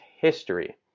history